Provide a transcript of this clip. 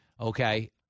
Okay